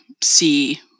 see